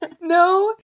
No